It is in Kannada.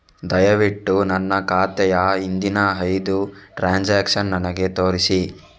ದಯವಿಟ್ಟು ನನ್ನ ಖಾತೆಯ ಹಿಂದಿನ ಐದು ಟ್ರಾನ್ಸಾಕ್ಷನ್ಸ್ ನನಗೆ ತೋರಿಸಿ